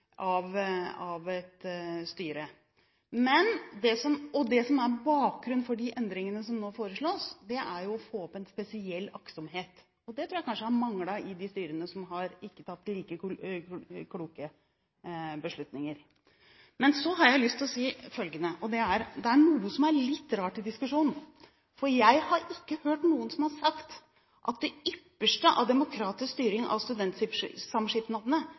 av et styre. Det som er bakgrunnen for de endringene som nå foreslås, er jo å få fram en spesiell aktsomhet, og det tror jeg kanskje har manglet i de styrene som ikke har tatt like kloke beslutninger. Men så har jeg lyst til å si følgende: Det er noe som er litt rart i diskusjonen, for jeg har ikke hørt noen som har sagt at det ypperste av demokratisk styring av